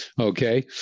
Okay